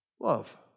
Love